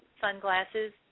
sunglasses